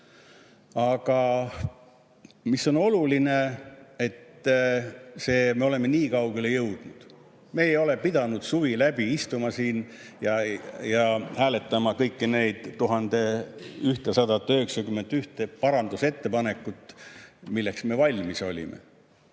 Aga mis on oluline? See, et me oleme nii kaugele jõudnud. Me ei ole pidanud suvi läbi istuma siin ja hääletama kõiki neid 1191 parandusettepanekut, ehkki me olime